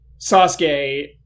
Sasuke